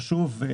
חשוב מאוד.